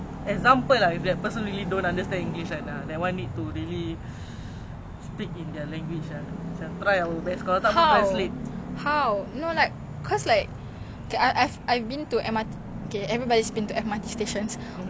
aunties or what will come up to me and ask me how to get to a place in mandarin K like I understand a bit only but after that aku tak faham kau nak aku buat apa I get so like at first confused but then like cause before I wore hijab